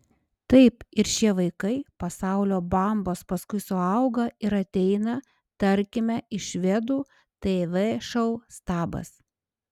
taip ir šie vaikai pasaulio bambos paskui suauga ir ateina tarkime į švedų tv šou stabas